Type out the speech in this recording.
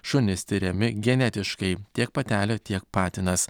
šunys tiriami genetiškai tiek patelė tiek patinas